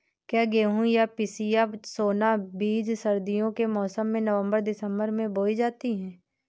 क्या गेहूँ या पिसिया सोना बीज सर्दियों के मौसम में नवम्बर दिसम्बर में बोई जाती है?